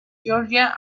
georgia